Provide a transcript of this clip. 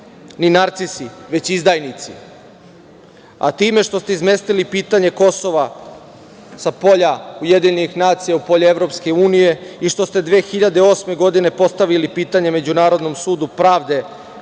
ni narcisi, već izdajnici. Time što ste izmestili pitanje Kosova sa polja UN u polje EU i što ste 2008. godine postavili pitanje Međunarodnom sudu pravde,